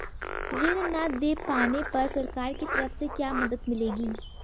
ऋण न दें पाने पर सरकार की तरफ से क्या मदद मिलेगी?